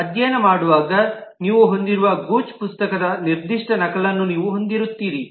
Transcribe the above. ನೀವು ಅಧ್ಯಯನ ಮಾಡುವಾಗ ನೀವು ಹೊಂದಿರುವ ಗೂಚ್ ಪುಸ್ತಕದ ನಿರ್ದಿಷ್ಟ ನಕಲನ್ನು ನೀವು ಹೊಂದಿರುತ್ತೀರಿ